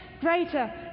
greater